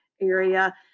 area